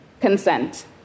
Consent